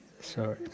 Sorry